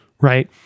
right